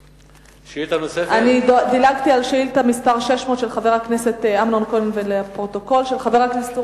אני מודה לך, גברתי.